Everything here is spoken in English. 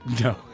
no